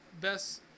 best